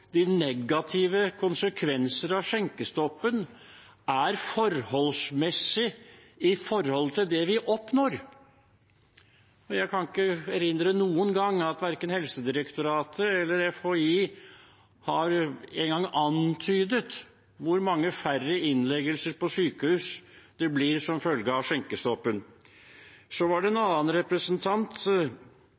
de negative konsekvenser av skjenkestoppen er forholdsmessige i forhold til det vi oppnår. Jeg kan ikke erindre at verken Helsedirektoratet eller FHI noen gang engang har antydet hvor mange færre innleggelser på sykehus det blir som følge av skjenkestoppen. En annen representant snakket om at dette er en